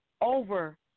over